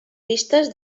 vistes